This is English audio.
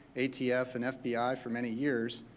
atf, and fbi for many years.